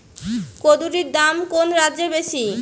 কুঁদরীর দাম কোন রাজ্যে বেশি?